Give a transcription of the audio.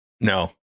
No